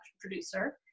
producer